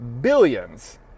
Billions